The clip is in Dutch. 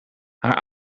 haar